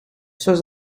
zoals